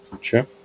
Sure